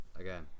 Again